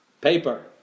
paper